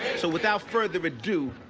so without further ado,